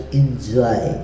enjoy